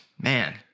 man